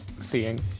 seeing